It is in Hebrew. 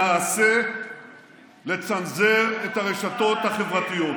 מבקשת למעשה לצנזר את הרשתות החברתיות.